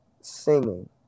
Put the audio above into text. singing